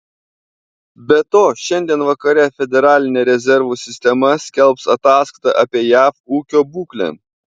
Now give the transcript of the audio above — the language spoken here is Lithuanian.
be to šiandien vakare federalinė rezervų sistema skelbs ataskaitą apie jav ūkio būklę